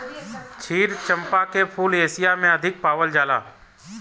क्षीर चंपा के फूल एशिया में अधिक पावल जाला